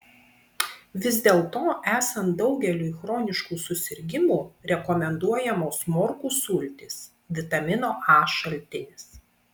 vis dėlto esant daugeliui chroniškų susirgimų rekomenduojamos morkų sultys vitamino a šaltinis